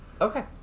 Okay